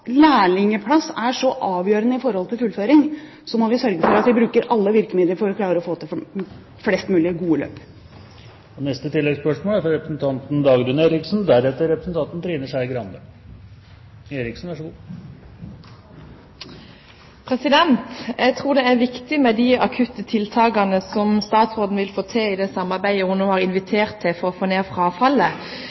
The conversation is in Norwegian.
vi bruker alle virkemidler for å klare å få til flest mulig gode løp. Dagrun Eriksen – til oppfølgingsspørsmål. Jeg tror det er viktig med de akutte tiltakene som statsråden vil få til i det samarbeidet hun nå har invitert til for å få ned frafallet,